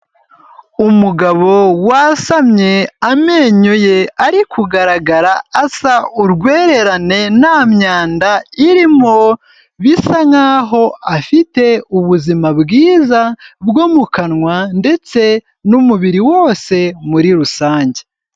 Umugabo wasamye amenyo ye ari kugaragara asa urwererane nta myanda irimo, bisa nkahoho afite ubuzima bwiza bwo mu kanwa ndetse n'umubiri wose muri rusange.